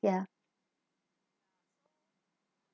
ya